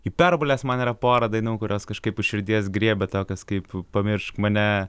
hiperbolės man yra pora dainų kurios kažkaip už širdies griebia tokios kaip pamiršk mane